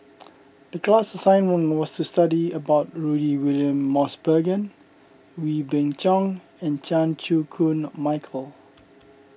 the class assignment was to study about Rudy William Mosbergen Wee Beng Chong and Chan Chew Koon Michael